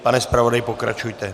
Pane zpravodaji, pokračujte.